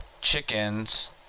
chickens